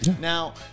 Now